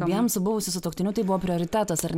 abiem su buvusiu sutuoktiniu tai buvo prioritetas ar ne